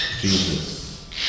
Jesus